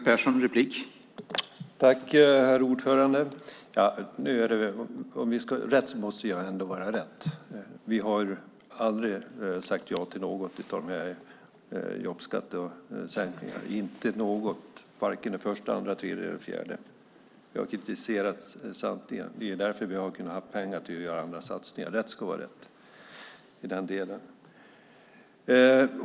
Herr talman! Rätt ska vara rätt. Vi har aldrig sagt ja till något av jobbskatteavdragen, varken första, andra, tredje eller fjärde. Vi har kritiserat samtliga. Det är därför vi har haft pengar till att göra andra satsningar. Rätt ska vara rätt!